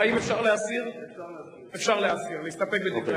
אך זה המקום להדגיש כי האחריות לפגיעה באזרחים בצד השני